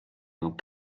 amb